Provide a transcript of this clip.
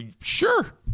sure